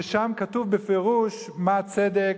שם כתוב בפירוש מהו צדק,